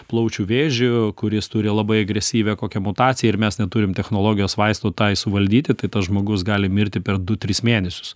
plaučių vėžiu kuris turi labai agresyvią kokią mutaciją ir mes neturim technologijos vaistų tai suvaldyti tai tas žmogus gali mirti per du tris mėnesius